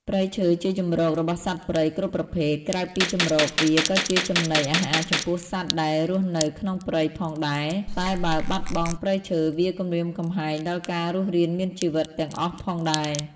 ព្រៃឈើជាជម្រករបស់សត្វព្រៃគ្រប់ប្រភេទនក្រៅពីជម្រកវាក៏ជាចំណីអារហារចំពោះសត្វដែលរស់នៅក្នុងព្រៃផងដែលតែបើបាត់បង់ព្រៃឈើវាគំរាមកំហែងដល់ការរស់រានមានជីវិតទាំងអស់ផងដែរ។